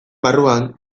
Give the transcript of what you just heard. barruan